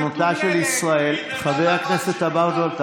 חבר הכנסת אבוטבול,